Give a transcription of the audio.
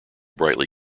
brightly